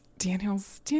Daniel's